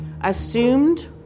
assumed